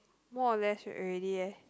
more or less already eh